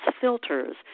filters